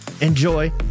enjoy